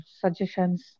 suggestions